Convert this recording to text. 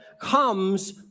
comes